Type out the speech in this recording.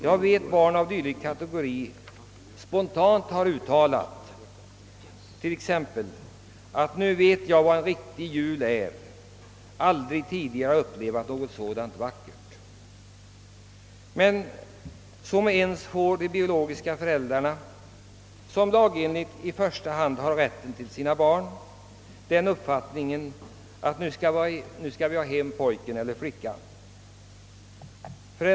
Jag känner till sådana barn, som spontant har sagt att de först nu vet vad en riktig jul är. De hade aldrig tidigare upplevt något så vackert. Men så med ens får de biologiska föräldrarna, som lagenligt i första hand har rätten till sina barn, den uppfattningen att de skall ha hem pojken eller flickan.